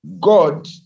God